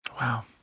Wow